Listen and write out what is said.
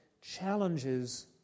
challenges